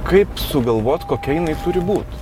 kaip sugalvot kokia jinai turi būt